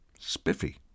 Spiffy